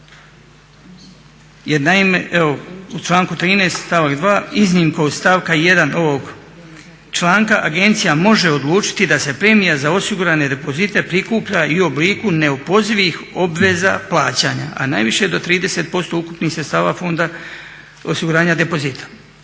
u članku 13. stavak 2. iznimka od stavka 1. ovog članka agencija može odlučiti da se premija za osigurane depozite prikuplja i u obliku neopozivih obveza plaćanja, a najviše do 30% ukupnih sredstava Fonda osiguranja depozita.